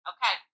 Okay